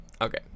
Okay